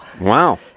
Wow